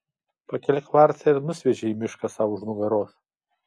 pakelia kvarcą ir nusviedžia į mišką sau už nugaros